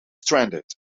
stranded